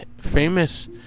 famous